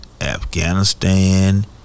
Afghanistan